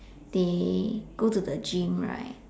they go to the gym right